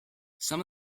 some